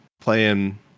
playing